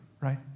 Right